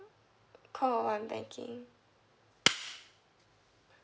call one one banking